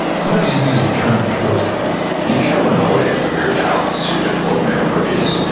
sometimes you just need to turn towards them you can't run away from your doubts, your difficult memories,